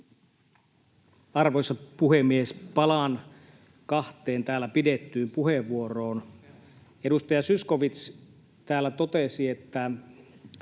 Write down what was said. Arvoisa puhemies! Palaan kahteen täällä pidettyyn puheenvuoroon. Edustaja Zyskowicz täällä totesi, että